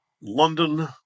London